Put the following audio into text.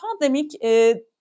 pandemic